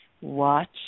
Watch